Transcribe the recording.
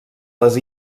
les